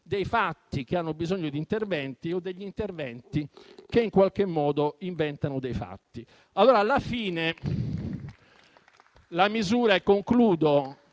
sono fatti che hanno bisogno di interventi o degli interventi che in qualche modo inventano dei fatti. Alla fine, la misura che